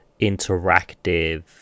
interactive